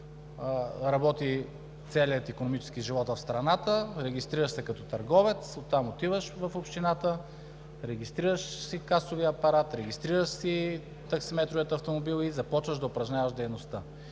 работи целият икономически живот в страната – регистрираш се като търговец, оттам отиваш в общината, регистрираш си касовия апарат, регистрираш си таксиметровия автомобил и започваш да упражняваш дейността.